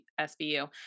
SVU